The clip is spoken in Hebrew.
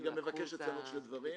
אני גם מבקש לציין עוד שני דברים.